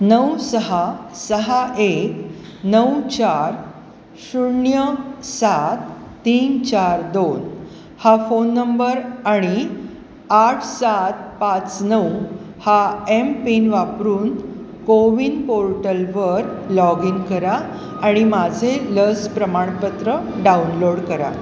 नऊ सहा सहा एक नऊ चार शून्य सात तीन चार दोन हा फोन नंबर आणि आठ सात पाच नऊ हा एमपिन वापरून कोविन पोर्टलवर लॉग इन करा आणि माझे लस प्रमाणपत्र डाउनलोड करा